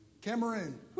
Cameroon